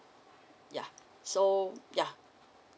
ya so ya